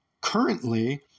Currently –